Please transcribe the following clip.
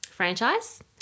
franchise